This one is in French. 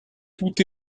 tout